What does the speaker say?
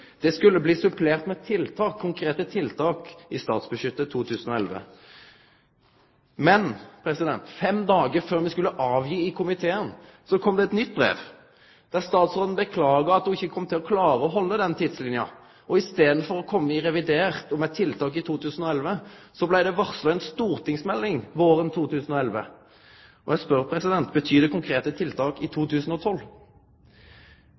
statsbudsjettet 2011. Men fem dagar før komiteen skulle leggje fram innstillinga, kom det eit nytt brev, der statsråden beklaga at ho ikkje kom til å klare å halde den tidslinja. I staden for å kome i revidert og med tiltak i 2011 blei det varsla ei stortingsmelding våren 2011. Eg spør: Betyr det konkrete tiltak i